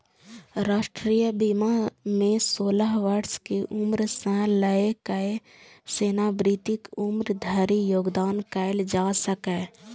राष्ट्रीय बीमा मे सोलह वर्ष के उम्र सं लए कए सेवानिवृत्तिक उम्र धरि योगदान कैल जा सकैए